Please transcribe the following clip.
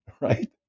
right